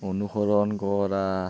অনুসৰণ কৰা